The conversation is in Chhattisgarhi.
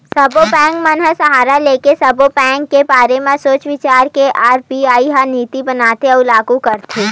सब्बो बेंक मन ल संघरा लेके, सब्बो बेंक के बारे म सोच बिचार के आर.बी.आई ह नीति बनाथे अउ लागू करथे